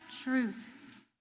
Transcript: Truth